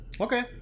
okay